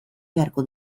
beharko